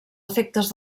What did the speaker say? efectes